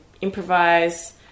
improvise